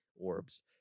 orbs